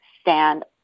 stand